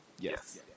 Yes